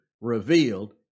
revealed